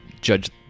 judge